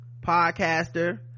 podcaster